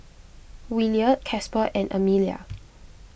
Williard Casper and Emilia